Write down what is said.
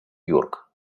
йорк